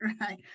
Right